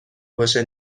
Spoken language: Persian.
باشه